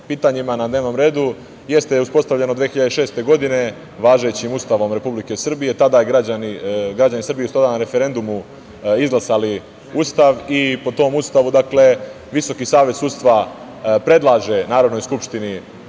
pitanjima na dnevnom redu, jeste uspostavljeno 2006. godine, važećim Ustavom Republike Srbije, tada građani su isto na referendumu izglasali Ustav, i po tom Ustavu Visoki savet sudstva predlaže Narodnoj skupštini